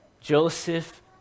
Joseph